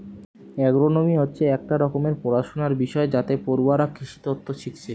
agronomy হচ্ছে একটা রকমের পড়াশুনার বিষয় যাতে পড়ুয়ারা কৃষিতত্ত্ব শিখছে